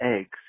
eggs